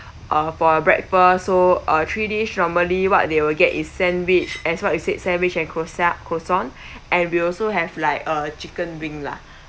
uh for breakfast so uh three dish normally what they will get is sandwich as what you said sandwich and crossan~ croissant and we also have like uh chicken wing lah